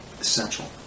essential